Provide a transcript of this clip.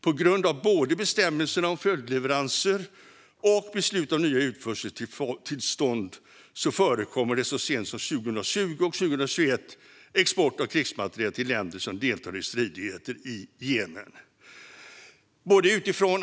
På grund av både bestämmelserna om följdleveranser och beslut om nya utförseltillstånd förekom det så sent som 2020 och 2021 export av krigsmateriel till länder som deltar i stridigheter i Jemen.